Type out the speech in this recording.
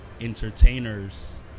entertainers